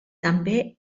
també